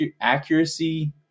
accuracy